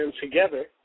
Together